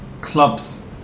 clubs